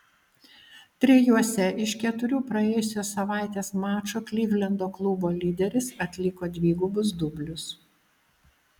trijuose iš keturių praėjusios savaitės mačų klivlendo klubo lyderis atliko dvigubus dublius